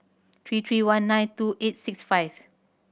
three three one nine two eight six five